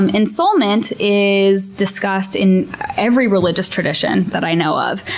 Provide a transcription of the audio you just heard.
um ensoulment is discussed in every religious tradition that i know of,